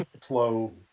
slow